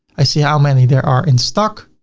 i see how many there are in stock.